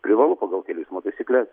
privalu pagal kelių eismo taisykles